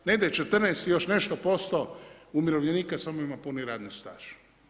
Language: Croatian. Negdje 14 i još nešto posto umirovljenika samo ima puni radni staž.